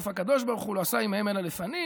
אף הקדוש ברוך הוא לא עשה עימהן אלא לפנים"